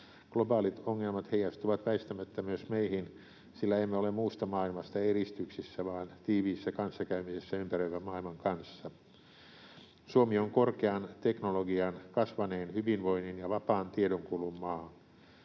Globaalit ongelmat heijastuvat väistämättä myös meihin, sillä emme ole muusta maailmasta eristyksissä vaan tiiviissä kanssakäymisessä ympäröivän maailman kanssa. Suomi on korkean teknologian, kasvaneen hyvinvoinnin ja vapaan tiedonkulun maa.